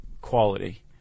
quality